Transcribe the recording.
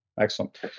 excellent